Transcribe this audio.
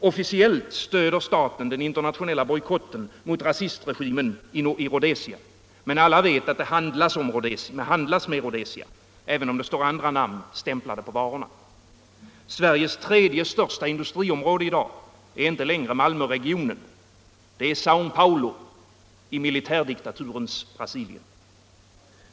Officiellt stöder staten den internationella bojkotten mot rasistregimen i Rhodesia. Men alla vet att det handlas med Rhodesia, även om det står andra namn stämplade på varorna. Sveriges tredje största industriområde i dag är inte längre Malmöregionen. Det är Säo Paulo i militärdiktaturens Brasilien.